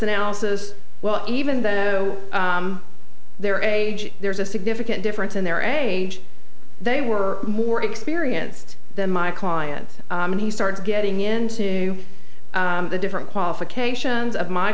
analysis well even though their age there's a significant difference in their age they were more experienced than my client and he starts getting into the different qualifications of my